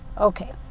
Okay